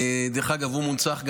דרך אגב, גם הוא מונצח במוזיאון,